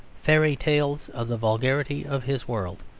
fairy tales of the vulgarity of his world,